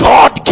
God